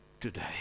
today